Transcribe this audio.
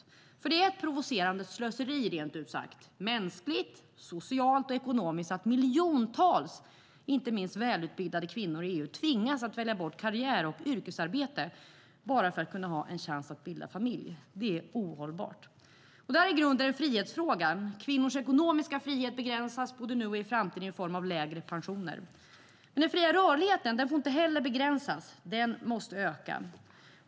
Det är rent ut sagt ett provocerande slöseri, mänskligt, socialt och ekonomiskt, att miljontals inte minst välutbildade kvinnor i EU tvingas att välja bort karriär och yrkesarbete för att ha en chans att bilda familj. Det är ohållbart. Det här är i grunden en frihetsfråga. Kvinnors ekonomiska frihet begränsas både nu och i framtiden i form av lägre pensioner. Den fria rörligheten får inte heller begränsas, utan den måste öka.